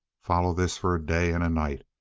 follow this for a day and a night.